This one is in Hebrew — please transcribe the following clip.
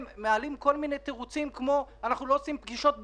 הם מעלים כל מיני תירוצים כמו: אנחנו לא עושים פגישות בזום,